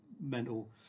mental